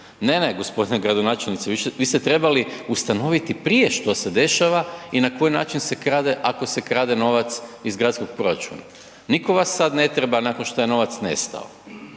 Ne, ne, g. gradonačelniče, vi ste trebali ustanoviti prije što se dešava i na koji način se krade, ako se krade novac iz gradskog proračuna. Nitko vas sad ne treba nakon što je novac nestao.